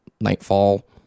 Nightfall